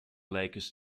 lakers